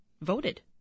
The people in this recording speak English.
voted